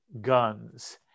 guns